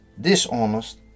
dishonest